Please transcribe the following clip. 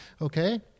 okay